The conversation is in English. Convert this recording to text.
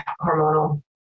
hormonal